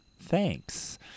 Thanks